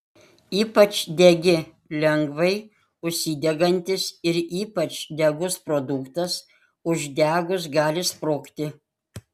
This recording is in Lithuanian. ypač degi lengvai užsidegantis ir ypač degus produktas uždegus gali sprogti